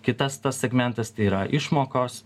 kitas tas segmentas tai yra išmokos